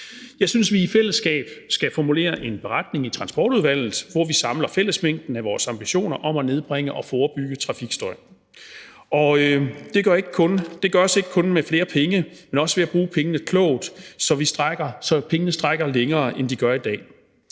Jeg synes, at vi i fællesskab skal formulere en beretning i Transportudvalget, hvor vi samler fællesmængden af vores ambitioner om at nedbringe og forebygge trafikstøj. Og det gøres ikke kun med flere penge, men også ved at bruge pengene klogt, så pengene rækker længere, end de gør i dag.